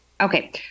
Okay